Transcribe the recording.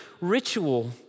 ritual